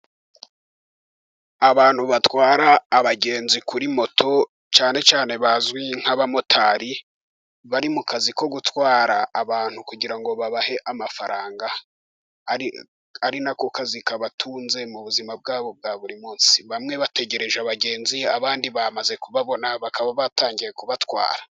Abantu batwara abagenzi kuri moto cyane cyane bazwi nk'abamotari, bari mu kazi ko gutwara abantu kugirango babahe amafaranga, ari nako kazi kabatunze mu buzima bwabo bwa buri munsi, bamwe bategereje abagenzi abandi bamaze kubabona, bakaba batangiye kubatwara.